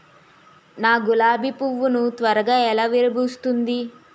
నా గులాబి పువ్వు ను త్వరగా ఎలా విరభుస్తుంది?